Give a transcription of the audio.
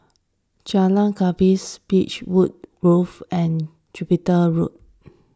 Jalan Gapis Beechwood Grove and Jupiter Road